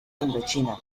indochina